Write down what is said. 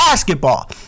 basketball